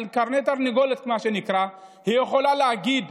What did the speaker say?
על כרעי תרנגולת, היא יכולה להגיד: